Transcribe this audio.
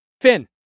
Finn